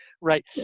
right